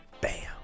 Bam